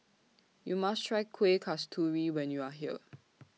YOU must Try Kueh Kasturi when YOU Are here